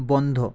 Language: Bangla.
বন্ধ